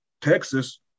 Texas